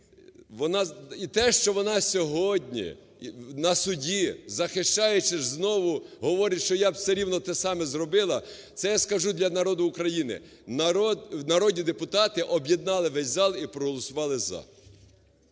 І те, що вона сьогодні на суді, захищаючи знову, говорить, що я б все рівно те саме зробила, це я скажу для народу України: народні депутати об'єднали весь зал і проголосувати "за".